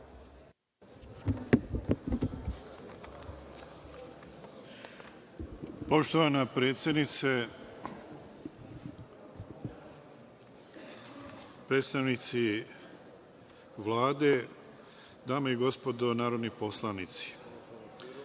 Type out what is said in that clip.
Poštovana predsednice, predstavnici Vlade, dame i gospodo narodni poslanici,